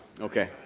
Okay